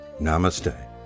namaste